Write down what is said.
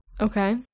Okay